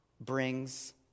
brings